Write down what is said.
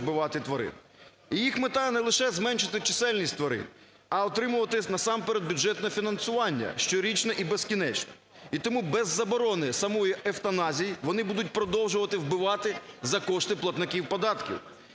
І їх мета не лише зменшити чисельність тварин, а отримувати насамперед бюджетне фінансування щорічно і безкінечно. І тому без заборони самої евтаназії вони будуть продовжувати вбивати за кошти платників податків.